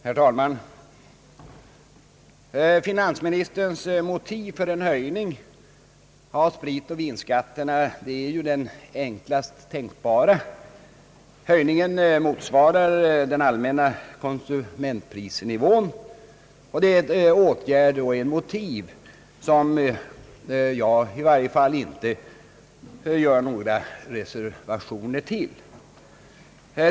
Herr talman! Finansministerns motiv för en höjning av skatten på sprit och vin är ju det enklast tänkbara: Höjningen motsvarar den allmänna konsumentprisnivån. Det är ett motiv som i varje fall jag inte gör några reservationer till.